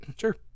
sure